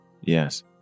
Yes